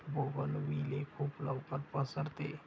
bougainvillea खूप लवकर पसरते